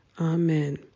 Amen